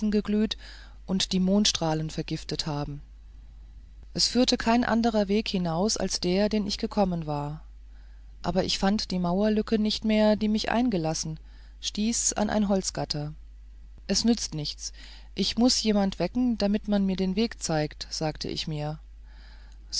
geglüht und die mondstrahlen vergiftet haben es führte kein anderer weg hinaus als der den ich gekommen war aber ich fand die mauerlücke nicht mehr die mich eingelassen stieß an ein holzgatter es nützt nichts ich muß jemand wecken damit man mir den weg zeigt sagte ich mir